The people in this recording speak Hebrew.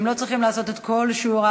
הם לא צריכים לעשות את כל שיעורי-הבית.